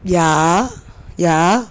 ya ya